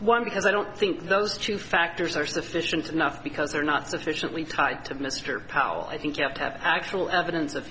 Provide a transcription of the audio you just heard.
one because i don't think those two factors are sufficient enough because they're not sufficiently tied to mr powell i think you have to have actual evidence of